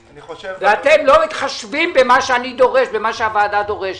ואתם לא מתחשבים במה שאני והוועדה דורשים.